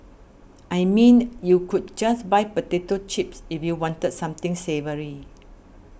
I mean you could just buy potato chips if you wanted something savoury